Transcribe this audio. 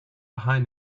behind